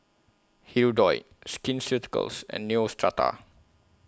Hirudoid Skin Ceuticals and Neostrata